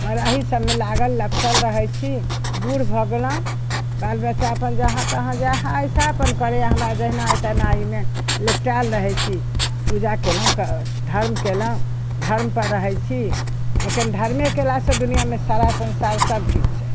मगर अहि सभमे लागल लपटल रहै छी बुढ़ भऽ गेलहुँ बाल बच्चा अपन जहाँ तहाँ जहाँ जैसा अपन करैए हमरा जहिना अइ तेनाहीमे लेपटायल रहै छी पूजा केलहुँ धर्म केलहुँ धर्मपर रहै छी लेकिन धर्मे केलासँ दुनियामे सारा संसार सभकिछु छै